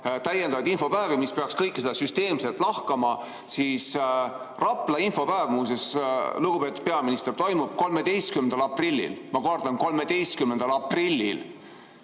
täiendavaid infopäevi, mis peaks kõike seda süsteemselt lahkama, siis Rapla infopäev, muuseas, lugupeetud peaminister, toimub 13. aprillil. Ma kordan: 13. aprillil!